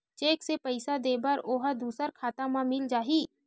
Cheque से पईसा दे बर ओहा दुसर खाता म मिल जाही?